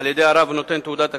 על-ידי הרב נותן תעודת הכשרות.